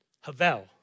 Havel